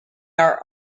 are